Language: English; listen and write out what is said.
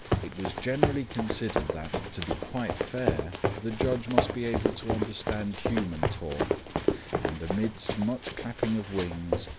it was generally considered that, to be quite fair, the judge must be able to understand human talk and, amidst much clapping of wings,